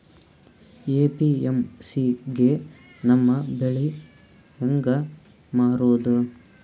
APMC ಗೆ ನಮ್ಮ ಬೆಳಿ ಹೆಂಗ ಮಾರೊದ?